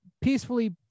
peacefully